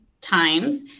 times